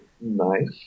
Nice